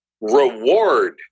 reward